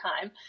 time